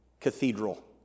cathedral